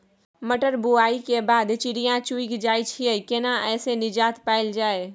मटर बुआई के बाद चिड़िया चुइग जाय छियै केना ऐसे निजात पायल जाय?